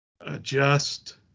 adjust